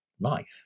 life